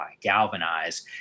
galvanize